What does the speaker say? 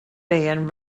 and